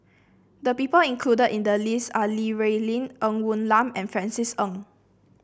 the people included in the list are Li Rulin Ng Woon Lam and Francis Ng